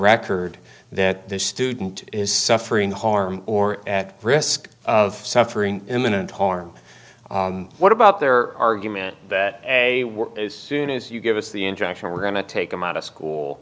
record that this student is suffering harm or at risk of suffering imminent harm what about their argument that a soon as you give us the injection we're going to take them out of school